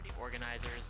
organizers